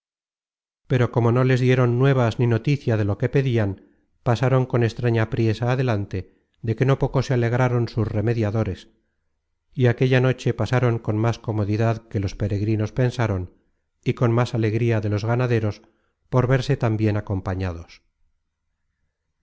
pero como no les dieron content from google book search generated at nuevas ni noticia de lo que pedian pasaron con extraña priesa adelante de que no poco se alegraron sus remediadores y aquella noche pasaron con más comodidad que los peregrinos pensaron y con más alegría de los ganaderos por verse tan bien acompañados